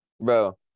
Bro